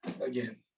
again